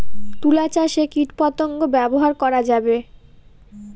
তুলা চাষে কীটপতঙ্গ ব্যবহার করা যাবে?